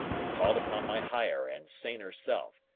i called upon my higher and saner self,